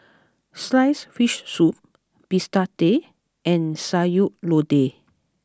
Sliced Fish Soup Bistake and Sayur Lodeh